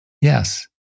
Yes